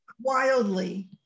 wildly